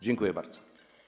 Dziękuję bardzo.